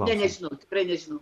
ne nežinau tikrai nežinau